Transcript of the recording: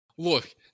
Look